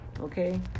Okay